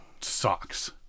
socks